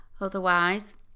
Otherwise